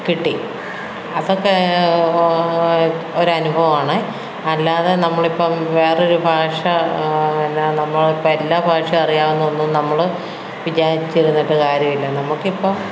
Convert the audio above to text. കിട്ടി അതൊക്കെ ഒരു അനുഭവമാണ് അല്ലാതെ നമ്മൾ ഇപ്പം വേറെ ഒരു ഭാഷ നമ്മൾ ഇപ്പം എല്ലാ ഭാഷ അറിയുവാനൊന്നും നമ്മൾ വിചാരിച്ചിരുന്നിട്ട് കാര്യമില്ല നമുക്ക് ഇപ്പം